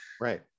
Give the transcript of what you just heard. right